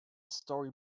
story